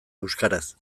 euskaraz